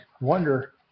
wonder